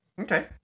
Okay